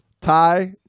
tie